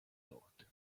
thought